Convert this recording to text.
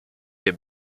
der